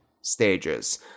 stages